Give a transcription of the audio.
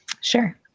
Sure